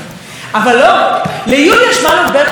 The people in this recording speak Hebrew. היה מאוד מאוד חשוב לטרפד את המיזוג הזה.